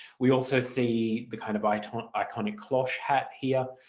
we also see the kind of iconic iconic cloche hat here